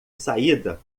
saída